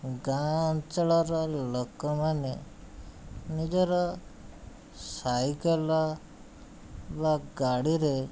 ଗାଁ ଅଞ୍ଚଳର ଲୋକମାନେ ନିଜର ସାଇକେଲ ବା ଗାଡ଼ିରେ